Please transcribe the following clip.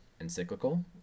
encyclical